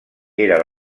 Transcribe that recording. era